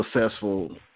successful